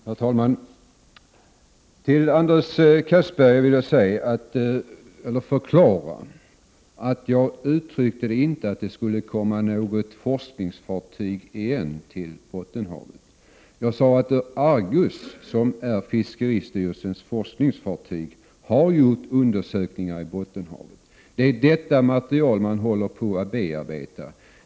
Herr talman! För Anders Castberger vill jag förklara att jag inte uttryckte mig så att det skulle komma ett forskningsfartyg igen till Bottenhavet. Jag sade att Argus, som är fiskeristyrelsens forskningsfartyg, har gjort undersökningar i Bottenhavet och att materialet från den undersökningen håller på att bearbetas.